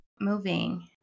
Moving